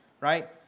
right